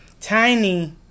Tiny